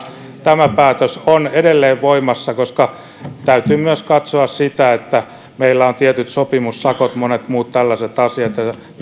tämä päätös on edelleen voimassa täytyy myös katsoa sitä että meillä on tietyt sopimussakot monet muut tällaiset asiat